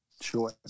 Sure